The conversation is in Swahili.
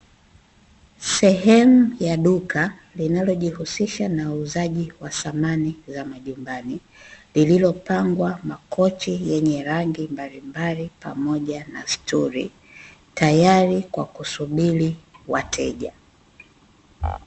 Sehemu ya duka linalojihusisha na uuzaji wa samani za majumbani, lililopangwa makochi yenye rangi mbalimbali pamoja na stuli, tayari kwa kusubiri wateja.